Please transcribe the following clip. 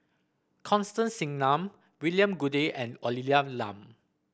Constance Singam William Goode and Olivia Lum